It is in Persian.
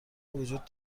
وجود